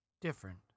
different